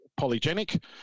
polygenic